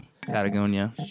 Patagonia